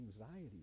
anxiety